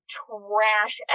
trash